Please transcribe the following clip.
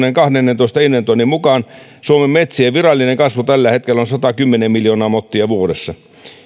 kahdennentoista inventoinnin mukaan suomen metsien virallinen kasvu tällä hetkellä on satakymmentä miljoonaa mottia vuodessa